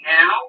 now